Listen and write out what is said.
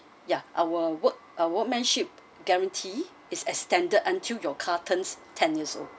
ya our work our workmanship guaranteed is extended until your car turns ten years old